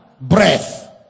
Breath